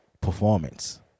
performance